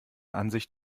ansicht